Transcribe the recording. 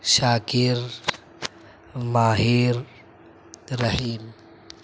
شاکر Mahir رحیم